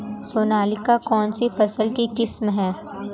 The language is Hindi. सोनालिका कौनसी फसल की किस्म है?